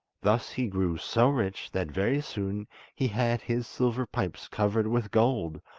thus he grew so rich that very soon he had his silver pipes covered with gold,